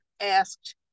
asked